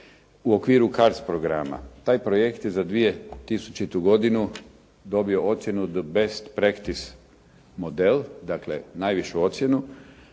u okviru KARC programa". Taj projekt je za 2000. godinu dobio ocjenu "the best practice model", dakle najvišu ocjenu,